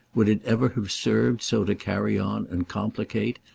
would it ever have served so to carry on and complicate,